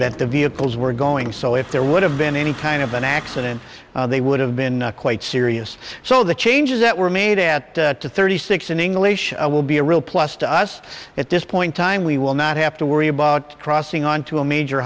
that the vehicles were going so if there would have been any kind of an accident they would have been quite serious so the changes that were made at thirty six in english will be a real plus to us at this point time we will not have to worry about crossing on to a major